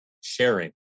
sharing